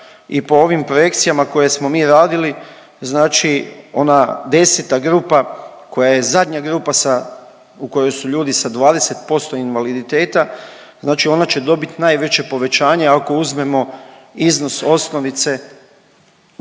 i po ovim projekcijama koje smo mi radili znači ona 10. grupa koja je zadnja grupa u kojoj su ljudi sa 20% invaliditeta znači ona će dobiti najveće povećanje ako uzmemo iznos osnovice u iznosu